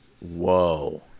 Whoa